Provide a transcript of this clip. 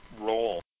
role